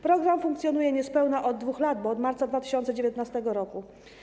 Program funkcjonuje niespełna od 2 lat, bo od marca 2019 r.